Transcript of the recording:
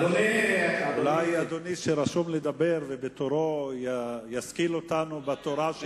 אדוני רשום ותהיה לו זכות דיבור,